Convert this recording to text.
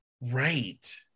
Right